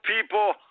people